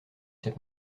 sais